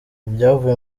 ibyavuye